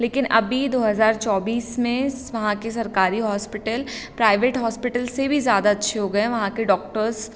लेकिन अभी दो हज़ार चौबीस में वहाँ के सरकारी हॉस्पिटल प्राइवेट हॉस्पिटल से भी ज़्यादा अच्छे हो गए हैं वहाँ के डॉक्टर्स